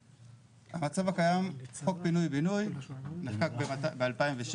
המצב הקיים הוא שחוק פינוי בינוי נחקק ב-2006